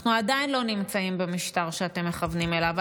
אנחנו עדיין לא נמצאים במשטר שאתם מכוונים אליו.